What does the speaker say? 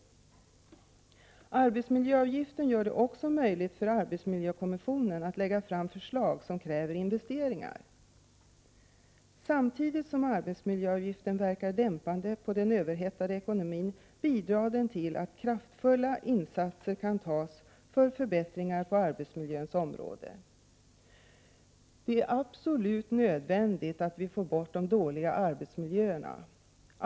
Arbetsmiljöavgiften gör det också möjligt för arbetsmiljökommissionen att lägga fram förslag som kräver investeringar. Samtidigt som arbetsmiljöavgiften verkar dämpande på den överhettade ekonomin bidrar den till att kraftfulla insatser kan göras för att få till stånd förbättringar på arbetsmiljöns område. Det är absolut nödvändigt att få bort de dåliga arbetsmiljöerna.